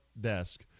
desk